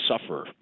suffer